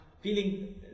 feeling